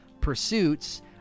pursuits